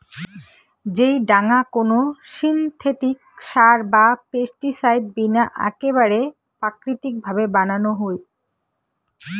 যেই ডাঙা কোনো সিনথেটিক সার বা পেস্টিসাইড বিনা আকেবারে প্রাকৃতিক ভাবে বানানো হই